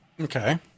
Okay